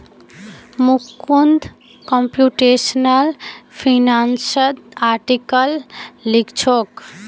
Mukund computational फिनांसत article लिखछोक